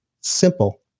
simple